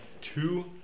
two